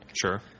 Sure